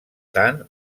tant